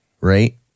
right